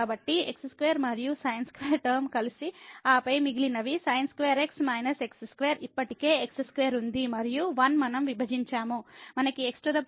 కాబట్టి x2 మరియు sin2 term కలిసి ఆపై మిగిలినవి sin2x x2 ఇప్పటికే x2 ఉంది మరియు 1 మనం విభజించాము మనకు x4 ఉంది